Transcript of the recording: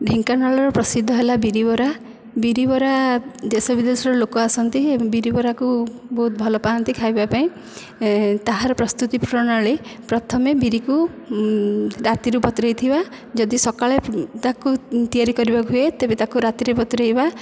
ଢେଙ୍କାନାଳର ପ୍ରସିଦ୍ଧ ହେଲା ବିରି ବରା ବିରି ବରା ଦେଶ ବିଦେଶର ଲୋକ ଆସନ୍ତି ବିରି ବରାକୁ ବହୁତ ଭଲ ପାଆନ୍ତି ଖାଇବା ପାଇଁ ତାହାର ପ୍ରସ୍ତୁତି ପ୍ରଣାଳୀ ପ୍ରଥମେ ବିରିକୁ ରାତିରୁ ବତୁରାଇଥିବା ଯଦି ସକାଳେ ତା'କୁ ତିଆରି କରିବାକୁ ହୁଏ ତେବେ ତା'କୁ ରାତିରେ ବତୁରାଇବା